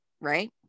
right